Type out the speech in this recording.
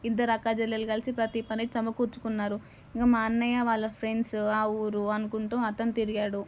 ఇద్దరు అక్కచెల్లెలు కలిసి ప్రతీ పని సమకూర్చుకున్నారు ఇంకా మా అన్నయ వాళ్ళ ఫ్రెండ్స్ ఆ ఊరు అనుకుంటూ అతను తిరిగాడు